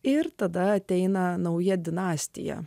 ir tada ateina nauja dinastija